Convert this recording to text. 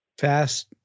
Fast